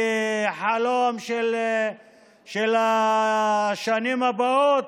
חלום של השנים הבאות,